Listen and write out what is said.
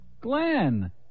Glenn